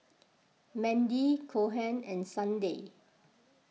Mandy Cohen and Sunday